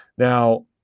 now,